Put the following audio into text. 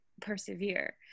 persevere